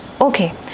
Okay